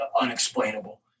unexplainable